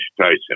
Tyson